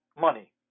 money